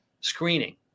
screening